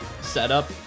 setup